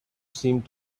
seemed